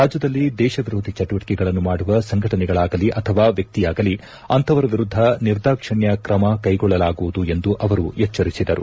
ರಾಜ್ಯದಲ್ಲಿ ದೇಶ ವಿರೋಧಿ ಚಟುವಟಿಕೆಗಳನ್ನು ಮಾಡುವ ಸಂಘಟನೆಗಳಾಗಲಿ ಅಥವಾ ವ್ಯಕ್ತಿಯಾಗಲಿ ಅಂತವರ ವಿರುದ್ಧ ನಿರ್ದಾಕ್ಷಿಣ್ಯ ಕ್ರಮ ಕೈಗೊಳ್ಳಲಾಗುವುದು ಎಂದು ಅವರು ಎಚ್ಚರಿಸಿದರು